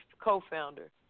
co-founder